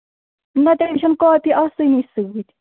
نہَ تٔمِس چھِنہٕ کاپی آسانٕے سۭتۍ